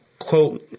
quote